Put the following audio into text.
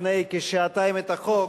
לפני כשעתיים את החוק.